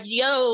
yo